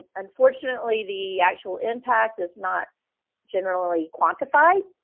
unfortunately, the actual impact is not generally quantified.